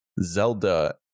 Zelda